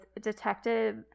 Detective